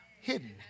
hidden